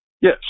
Yes